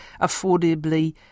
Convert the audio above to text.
affordably